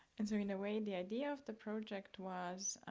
and so in a way, the idea of the project was